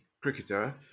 cricketer